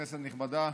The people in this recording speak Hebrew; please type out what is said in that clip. כנסת נכבדה,